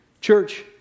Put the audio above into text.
Church